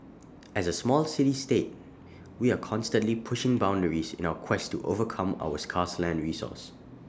as A small city state we are constantly pushing boundaries in our quest to overcome our scarce land resource